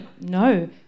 No